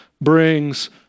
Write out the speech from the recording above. brings